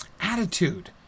attitude